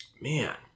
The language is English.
man